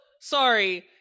sorry